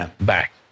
back